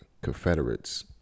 confederates